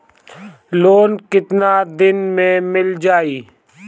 Loan कितना दिन में मिल जाई?